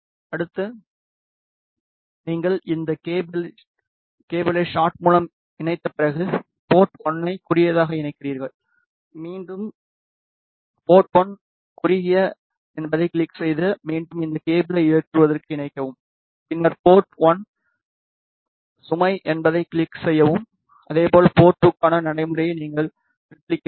அடுத்து நீங்கள் இந்த கேபிளை ஷாட் மூலம் இணைத்த பிறகு போர்ட் 1 ஐ குறுகியதாக இணைக்கிறீர்கள் மீண்டும் போர்ட் 1 குறுகிய என்பதைக் கிளிக் செய்து மீண்டும் இந்த கேபிளை ஏற்றுவதற்கு இணைக்கவும் பின்னர் போர்ட் 1 சுமை என்பதைக் கிளிக் செய்யவும் அதேபோல் போர்ட் 2க்கான நடைமுறையை நீங்கள் ரெப்ளிகேட் செய்யவும்